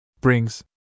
brings